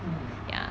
mm